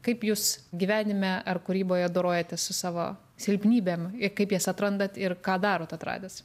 kaip jūs gyvenime ar kūryboje dorojatės su savo silpnybėm ir kaip jas atrandat ir ką darot atradęs